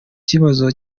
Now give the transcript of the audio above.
kibazo